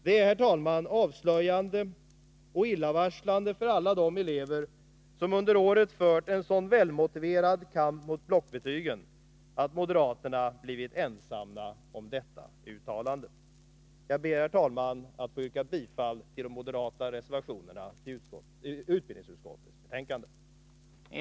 Det är, herr talman, avslöjande och illavarslande för alla de elever som under året fört en sådan välmotiverad kamp mot blockbetygen, att moderaterna blivit ensamma om detta uttalande. Jag ber, herr talman, att få yrka bifall till de moderata reservationer som är fogade till utbildningsutskottets betänkande.